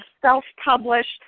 self-published